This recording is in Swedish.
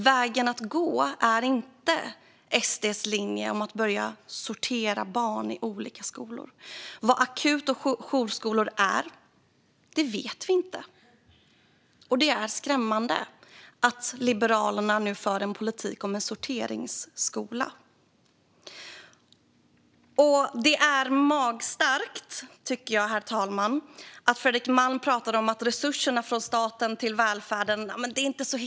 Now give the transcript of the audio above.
Vägen att gå är inte SD:s linje att sortera barn i olika skolor. Vad akut och jourskolor är vet vi inte. Det är skrämmande att Liberalerna nu för en politik om en sorteringsskola. Herr talman! Jag tycker att det är magstarkt att Fredrik Malm menar att det inte är så himla viktigt med resurserna från staten till välfärden. Det är avgörande!